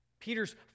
Peter's